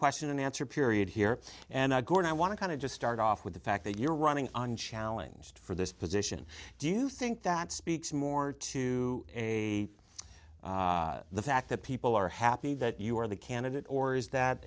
question and answer period here and i go on i want to kind of just start off with the fact that you're running unchallenged for this position do you think that speaks more to a the fact that people are happy that you are the candidate or is that